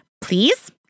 Please